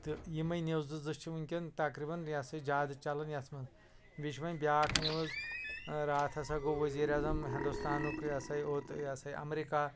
تہٕ یمٕے نِوزٕ زٕ چھِ وُنکٮ۪ن تقریباً یا سا یہِ زیادٕ چلان یتھ مَنٛز بیٚیہِ چھِ وۅنۍ بیٛاکھ نِوٕز راتھ ہَسا گوٚو ؤزیٖر اعظم ہِنٛدوستانُک یا سا یہِ اوت یا سا یہِ امریکہ